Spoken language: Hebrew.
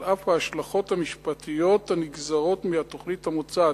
על אף ההשלכות המשפטיות הנגזרות מהתוכנית המוצעת.